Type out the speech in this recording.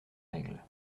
règle